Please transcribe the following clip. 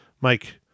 Mike